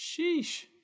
Sheesh